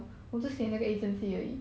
mm